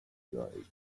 apologize